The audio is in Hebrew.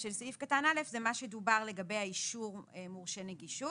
של סעיף קטן (א) זה מה שדובר לגבי אישור מורשה נגישות.